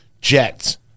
jets